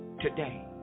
Today